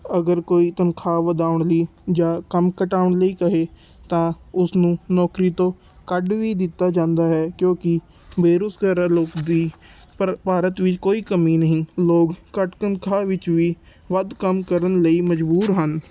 ਅਗਰ ਕੋਈ ਤਨਖਾਹ ਵਧਾਉਣ ਲਈ ਜਾਂ ਕੰਮ ਘਟਾਉਣ ਲਈ ਕਹੇ ਤਾਂ ਉਸਨੂੰ ਨੌਕਰੀ ਤੋਂ ਕੱਢ ਵੀ ਦਿੱਤਾ ਜਾਂਦਾ ਹੈ ਕਿਉਂਕਿ ਬੇਰੋਜ਼ਗਾਰ ਲੋਕ ਦੀ ਭਰ ਭਾਰਤ ਵਿੱਚ ਕੋਈ ਕਮੀ ਨਹੀਂ ਲੋਕ ਘੱਟ ਤਨਖਾਹ ਵਿੱਚ ਵੀ ਵੱਧ ਕੰਮ ਕਰਨ ਲਈ ਮਜਬੂਰ ਹਨ